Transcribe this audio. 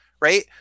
right